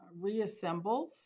reassembles